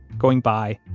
going by,